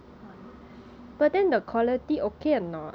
我喜欢非常喜欢